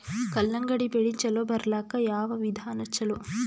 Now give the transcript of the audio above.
ಕಲ್ಲಂಗಡಿ ಬೆಳಿ ಚಲೋ ಬರಲಾಕ ಯಾವ ವಿಧಾನ ಚಲೋ?